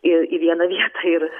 į į vieną vietą ir